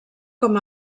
com